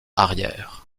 arrières